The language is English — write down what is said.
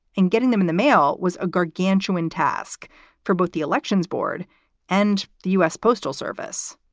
and getting them in the mail was a gargantuan task for both the elections board and the u s. postal service